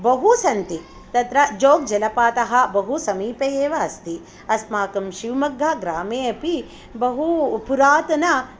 बहु सन्ति तत्र जोगजलपातः बहुसमीपे एव अस्ति अस्माकं शिवमोग्गा ग्रामे अपि बहुपुरातन